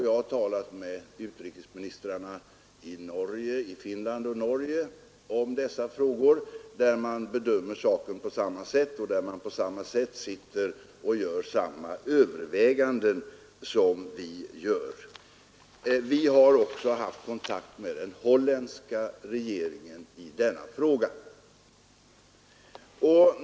Jag har talat med utrikesministrarna i Norge, Finland och Danmark om dessa frågor. I dessa länder bedömer man saken på samma sätt, och man gör där samma överväganden som vi. Vi har också haft kontakt med den holländska regeringen i denna fråga.